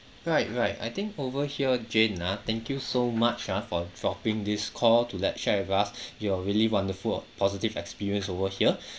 right right I think over here jane ah thank you so much ah for dropping this call to let share with us your really wonderful positive experience over here